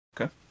Okay